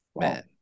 man